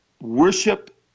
worship